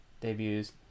debuts